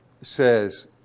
says